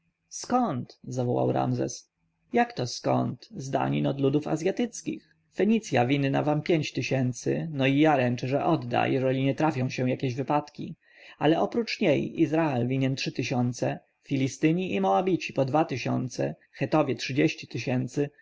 skąd zawołał ramzes jakto skąd z danin od ludów azjatyckich fenicja winna wam pięć tysięcy no i ja ręczę że odda jeżeli nie trafią się jakieś wypadki ale oprócz niej izrael winien trzy tysiące filistyni i moabici po dwa tysiące chetowie trzydzieści tysięcy